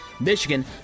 Michigan